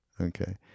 okay